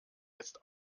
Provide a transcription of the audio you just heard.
jetzt